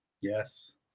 Yes